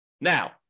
Now